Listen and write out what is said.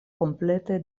komplete